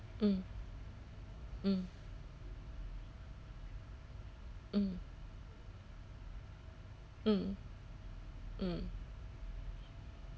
mm mm mm mm mm